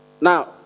Now